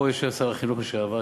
יושב פה שר החינוך לשעבר,